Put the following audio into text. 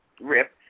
Rip